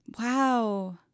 Wow